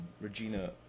regina